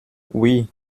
oui